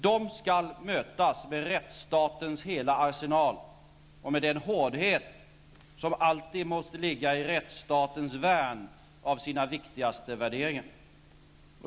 De skall mötas med rättsstatens hela arsenal och med den hårdhet som alltid måste ligga i rättsstatens värn av sina viktigaste värderingar.